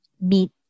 meet